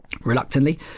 Reluctantly